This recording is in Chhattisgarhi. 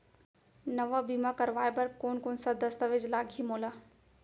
नवा बीमा करवाय बर कोन कोन स दस्तावेज लागही मोला?